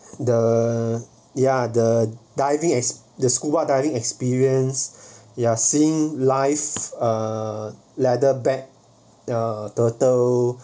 the ya the diving as the scuba diving experience ya seeing life uh leather back turtle